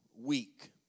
week